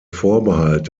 vorbehalt